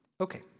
Okay